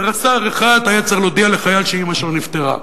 רס"ר אחד היה צריך להודיע לחייל שאמא שלו נפטרה,